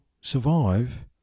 survive